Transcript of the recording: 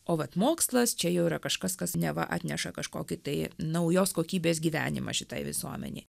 o vat mokslas čia jau yra kažkas kas neva atneša kažkokį tai naujos kokybės gyvenimą šitai visuomenei